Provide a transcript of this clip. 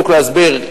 בדיוק להסביר,